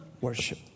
worship